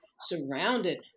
surrounded